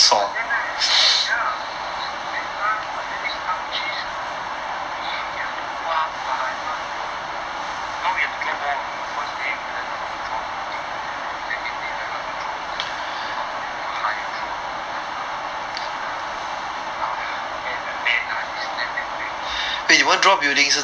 but then right ya then AH but then this art and chase ah !wah! you have to one by one draw you know now you have to draw more you know on the first day we learn how to draw building second day learn how to draw road how to draw hydro err draw the land ah this land that land draw draw draw